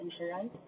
insurance